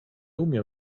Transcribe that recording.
umiał